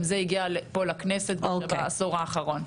גם זה הגיע פה לכנסת בעשור האחרון,